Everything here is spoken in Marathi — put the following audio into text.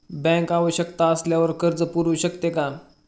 बँक आवश्यकता असल्यावर कर्ज पुरवू शकते का?